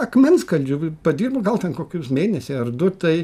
akmenskaldžiu padirbau gal ten kokius mėnesį ar du tai